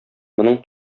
моның